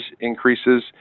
increases